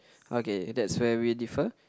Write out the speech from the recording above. okay that's where we differ